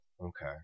Okay